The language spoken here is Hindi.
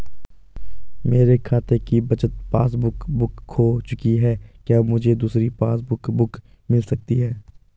मेरे खाते की बचत पासबुक बुक खो चुकी है क्या मुझे दूसरी पासबुक बुक मिल सकती है?